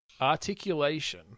Articulation